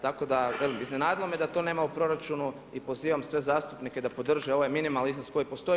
Tako da, velim, iznenadilo me da to nema u proračunu i pozivam sve zastupnike da podrže ovaj minimalni iznos koji postoji.